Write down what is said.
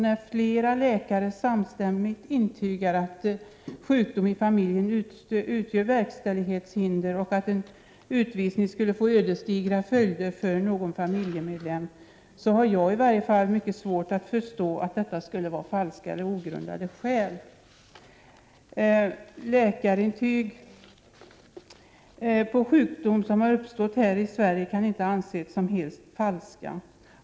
När flera läkare samstämmigt intygat att ; 5 Se : s äs Om betydel: , sjukdom i familjen utgör verkställighetshinder och att en utvisning skulle få än AN ödesdigra följder för någon familjemedlem har i varje fall jag svårt att förstå andre ES sker att detta förhållande skulle vara falska eller ogrundade skäl. Af 8 Läkarintyg avseende sjukdom som har uppstått här i Sverige kan inte anses som falska skäl.